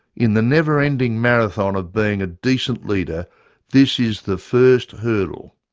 in the never-ending marathon of being a decent leader this is the first hurdle